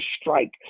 strike